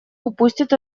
упустит